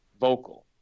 vocal